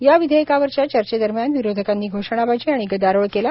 या विधेयकावरच्या चर्चेदरम्यान विरोधकांनी घोषणाबाजी आणि गदारोळ केला